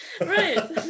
Right